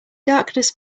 darkness